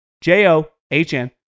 J-O-H-N